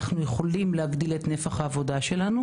אנחנו יכולות להגדיל את נפח העבודה שלנו